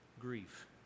grief